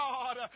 God